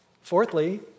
Fourthly